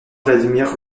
vladimir